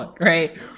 right